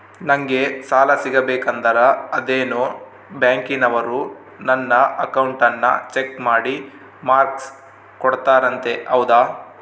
ನಂಗೆ ಸಾಲ ಸಿಗಬೇಕಂದರ ಅದೇನೋ ಬ್ಯಾಂಕನವರು ನನ್ನ ಅಕೌಂಟನ್ನ ಚೆಕ್ ಮಾಡಿ ಮಾರ್ಕ್ಸ್ ಕೊಡ್ತಾರಂತೆ ಹೌದಾ?